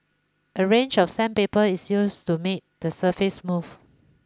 a range of sandpaper is used to make the surface smooth